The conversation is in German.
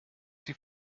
sie